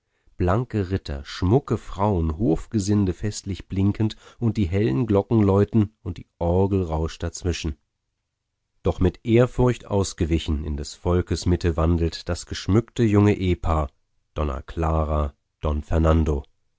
blanke ritter schmucke frauen hofgesinde festlich blinkend und die hellen glocken läuten und die orgel rauscht dazwischen doch mit ehrfurcht ausgewichen in des volkes mitte wandelt das geschmückte junge ehpaar donna clara don fernando